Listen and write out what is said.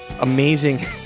amazing